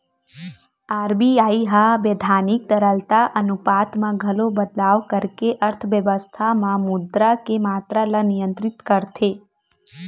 RBI ह बैधानिक तरलता अनुपात म घलो बदलाव करके अर्थबेवस्था म मुद्रा के मातरा ल नियंत्रित करथे